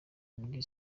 muri